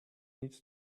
needs